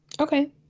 Okay